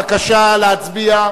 בבקשה להצביע.